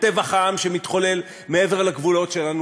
בטבח העם שמתחולל מעבר לגבולות שלנו,